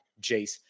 Jace